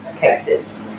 cases